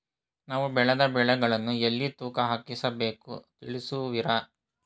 ನಾವು ಬೆಳೆದ ಬೆಳೆಗಳನ್ನು ಎಲ್ಲಿ ತೂಕ ಹಾಕಿಸಬೇಕು ತಿಳಿಸುವಿರಾ?